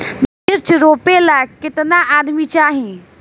मिर्च रोपेला केतना आदमी चाही?